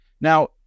Now